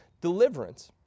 deliverance